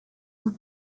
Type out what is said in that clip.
vous